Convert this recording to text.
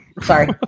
Sorry